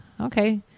okay